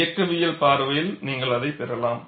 இயக்கவியல் பார்வையில் நீங்கள் அதைப் பெறலாம்